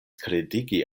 kredigi